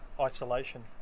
isolation